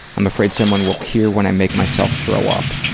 i'm afraid someone will hear when i make myself throw up.